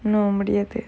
no முடியாது:mudiyaathu